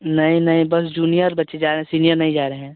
नहीं नहीं बस जूनियर बच्चे जा रहे सीनियर नहीं जा रहे हैं